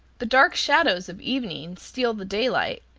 the dark shadows of evening steal the daylight,